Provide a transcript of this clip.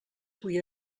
vull